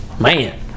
Man